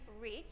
rich